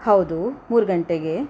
ಹೌದು ಮೂರು ಗಂಟೆಗೆ